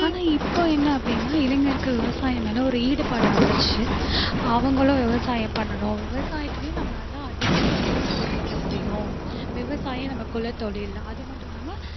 ஆனால் இப்போது என்ன அப்படின்னா இளைஞருக்கு விவசாயம் மேலே ஒரு ஈடுபாடு வந்துடுச்சு அவங்களும் விவசாயம் பண்ணணும் விவசாயத்துலேயும் நம்மளால அதிக வருமானத்தை ஈட்ட முடியும் விவசாயம் நம்ம குலத்தொழில் அது மட்டும் இல்லாமல்